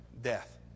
death